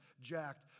jacked